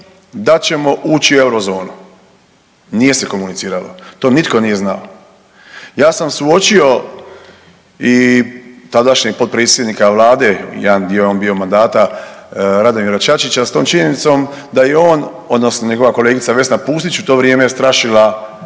da ćemo ući u eurozonu. Nije se komuniciralo, to nitko nije znao. Ja sam suočio i tadašnjeg potpredsjednika Vlade jedan dio je on bio mandata Radomira Čačića s tom činjenicom da je on odnosno njegova kolegica Vesna Pusić u to vrijeme je strašila